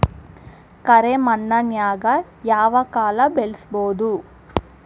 ಕರೆ ಮಣ್ಣನ್ಯಾಗ್ ಯಾವ ಕಾಳ ಬೆಳ್ಸಬೋದು?